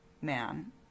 man